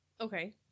Okay